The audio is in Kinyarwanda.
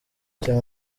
cya